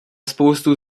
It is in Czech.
spoustu